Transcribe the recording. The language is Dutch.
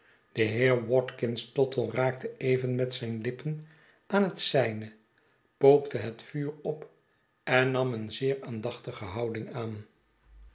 de heer watkins tottle raakte even met zijn lippen aan het zyne pookte het vuur op en nam een zeer aandachtige houding aan